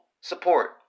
support